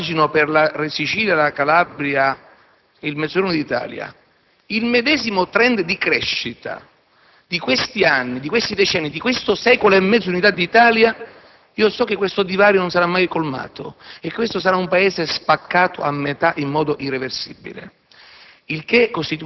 Se immagino per la Sicilia, la Calabria e il Mezzogiorno d'Italia il medesimo *trend* di crescita di questi anni, di questi decenni, di questo secolo e mezzo di unità d'Italia, so che il divario non sarà mai colmato e che questo sarà un Paese spaccato a metà in modo irreversibile,